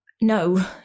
No